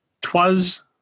twas